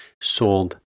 sold